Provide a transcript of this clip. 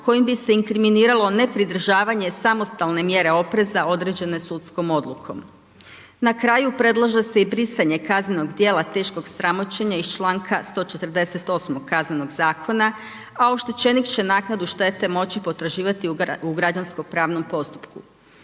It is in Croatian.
kojim bi se inkriminiralo nepridržavanje samostalne mjere opreza određene sudskom odlukom. Na kraju predlaže se i brisanje kaznenog djela teškog sramoćenja iz članka 148. Kaznenog zakona a oštećenik će naknadu štete moći potraživati u građansko pravnom postupku.